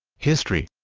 history